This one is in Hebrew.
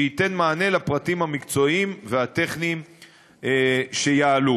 שייתן מענה לפרטים המקצועיים והטכניים שיעלו.